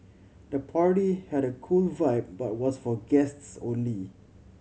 the party had a cool vibe but was for guests only